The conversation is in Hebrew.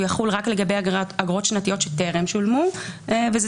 הוא יחול רק לגבי אגרות שנתיות שטרם שולמו וזה